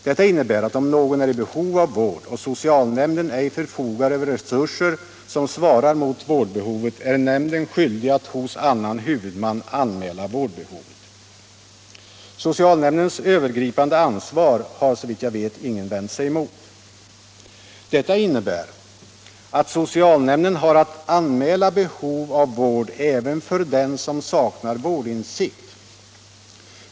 Detta innebär att om någon är i behov av vård och socialnämnden ej förfogar över resurser som svarar mot vårdbehovet, är nämnden skyldig att hos en annan huvudman anmäla vårdbehovet. Socialnämndernas övergripande ansvar har såvitt jag vet ingen vänt sig mot. Det betyder att socialnämnden har att anmäla behov av vård även för den som saknar vårdinsikt.